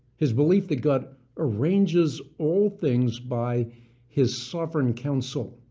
his belief that god arranges all things by his sovereign counsel.